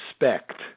respect